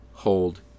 hold